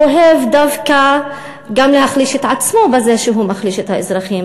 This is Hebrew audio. הוא אוהב דווקא גם להחליש את עצמו בזה שהוא מחליש את האזרחים,